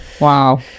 wow